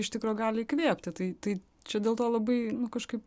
iš tikro gali įkvėpti tai tai čia dėl to labai kažkaip